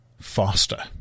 faster